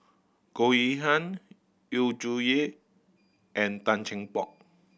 Goh Yihan Yu Zhuye and Tan Cheng Bock